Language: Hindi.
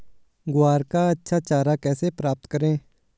ग्वार का अच्छा चारा कैसे प्राप्त करें?